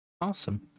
Awesome